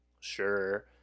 sure